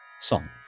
song